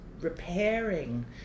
repairing